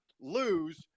lose